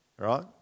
right